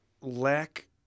lack